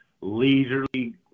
leisurely